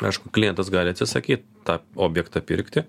aišku klientas gali atsisakyt tą objektą pirkti